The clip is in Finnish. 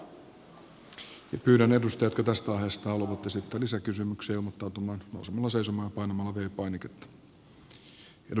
pyydän edustajia jotka tästä aiheesta haluavat esittää lisäkysymyksiä ilmoittautumaan nousemalla seisomaan ja painamalla v painiketta